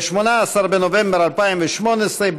18 בנובמבר 2018,